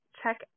check